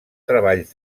treballs